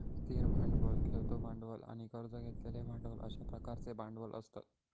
स्थिर भांडवल, खेळतो भांडवल आणि कर्ज घेतलेले भांडवल अश्या प्रकारचे भांडवल असतत